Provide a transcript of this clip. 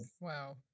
Wow